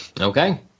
Okay